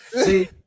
See